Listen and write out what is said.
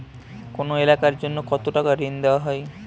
কোন এলাকার জন্য কত টাকা ঋণ দেয়া হয়?